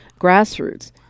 grassroots